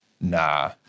Nah